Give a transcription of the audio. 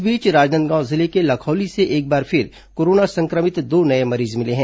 इस बीच राजनांदगांव जिले के लखौली से एक बार फिर कोरोना संक्रमित दो नये मरीज मिले हैं